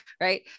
Right